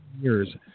years